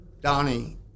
Donnie